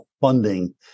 funding